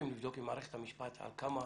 לבדוק עם מערכת המשפט על כמה